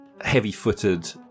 heavy-footed